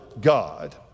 God